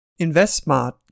InvestSmart